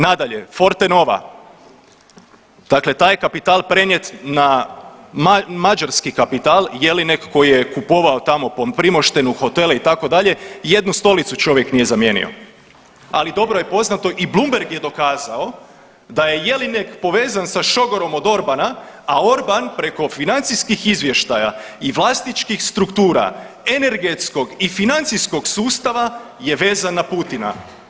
Nadalje, Fortenova, dakle taj je kapital prenijet na mađarski kapital Jelinek koji je kupovao tamo po Primoštenu hotele itd., jednu stolicu čovjek nije zamijenio, ali dobro je poznato i Blumberg je dokazao da je Jelinek povezan sa šogorom od Orbana, a Orban preko financijskih izvještaja i vlasničkih struktura energetskog i financijskog sustava je vezan na Putina.